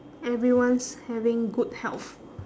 everyone's having good health